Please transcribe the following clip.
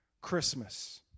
Christmas